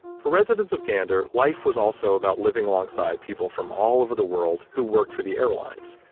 for residents of gander, life was also about living alongside people from all over the world who worked for the airlines.